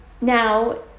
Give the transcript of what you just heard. Now